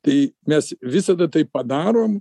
tai mes visada tai padarom